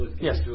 Yes